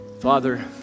Father